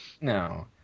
No